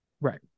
Right